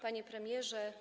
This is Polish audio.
Panie Premierze!